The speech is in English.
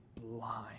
blind